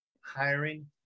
hiring